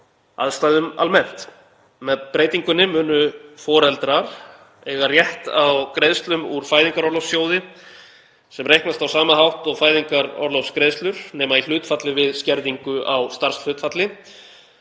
aðstæðum almennt. Með breytingunni munu foreldrar eiga rétt á greiðslum úr Fæðingarorlofssjóði sem reiknast á sama hátt og fæðingarorlofsgreiðslur nema í hlutfalli við skerðingu á starfshlutfalli.